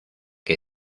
que